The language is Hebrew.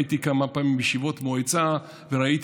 הייתי